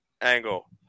angle